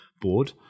board